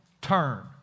turn